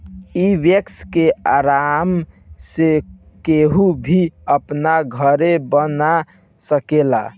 इ वैक्स के आराम से केहू भी अपना घरे बना सकेला